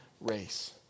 race